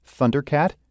Thundercat